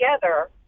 together